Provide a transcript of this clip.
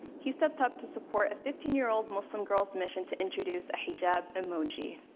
he stepped up to support a fifteen year old muslim girl's mission to introduce a hijab emoji.